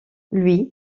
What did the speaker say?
lui